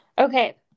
Okay